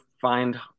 find